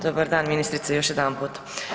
Dobar dan ministrice još jedanput.